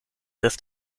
erst